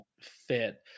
fit